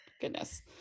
Goodness